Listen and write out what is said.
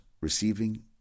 receiving